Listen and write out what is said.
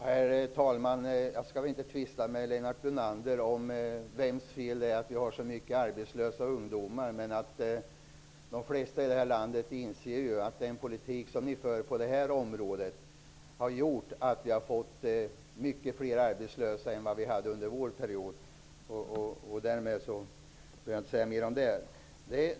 Herr talman! Jag skall inte tvista med Lennart Brunander om vems fel det är att vi har så många arbetslösa ungdomar. De flesta i det här landet inser att den politik som ni för på detta område har gjort att vi har fått långt fler arbetslösa jämfört med hur det var under vår regeringsperiod. Jag behöver inte säga mer om den saken.